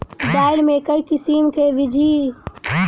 दालि मे केँ किसिम केँ बीज केँ सबसँ अधिक उपज होए छै?